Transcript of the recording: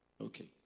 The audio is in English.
Okay